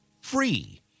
Free